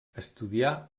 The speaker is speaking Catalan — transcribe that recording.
estudià